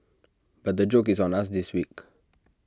but the joke is on us this week